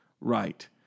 Right